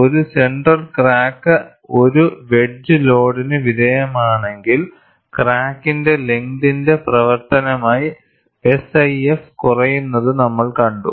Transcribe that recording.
ഒരു centre crack ഒരു wedge ലോഡിന് വിധേയമാണെങ്കിൽ ക്രാക്കിന്റെ ലെങ്തിന്റെ പ്രവർത്തനമായി SIF കുറയുന്നത് നമ്മൾ കണ്ടു